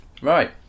right